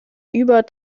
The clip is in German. über